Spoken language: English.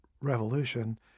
revolution